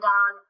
on